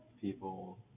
people